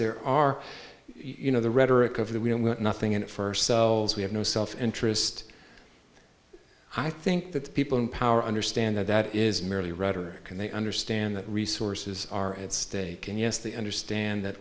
there are you know the rhetoric of that we don't want nothing in it for ourselves we have no self interest i think that the people in power understand that that is merely rhetoric and they understand that resources are at stake and yes the understand that